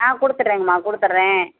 ஆ கொடுத்துட்றேங்கம்மா கொடுத்துட்றேன்